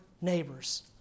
neighbors